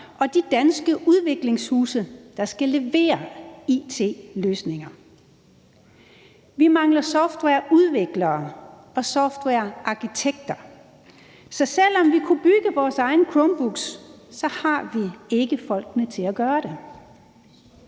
og de danske udviklingshuse, der skal levere it-løsninger. Vi mangler softwareudviklere og softwarearkitekter, så selv om vi kunne bygge vores egne Chromebooks, har vi ikke folkene til at gøre det.